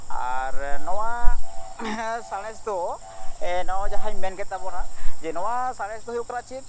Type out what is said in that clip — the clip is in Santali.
ᱟᱨ ᱱᱚᱣᱟ ᱥᱟᱬᱮᱥ ᱫᱚ ᱱᱚᱜᱼᱚᱭ ᱡᱟᱦᱟᱧ ᱢᱮᱱ ᱠᱮᱫ ᱛᱟᱵᱚᱱᱟ ᱡᱮ ᱱᱚᱣᱟ ᱥᱟᱬᱥ ᱫᱚ ᱦᱩᱭᱩᱜ ᱠᱟᱱᱟ ᱪᱮᱫ